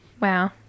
wow